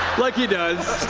like he does.